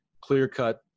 clear-cut